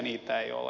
niitä ei ole